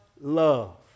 love